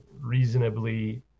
reasonably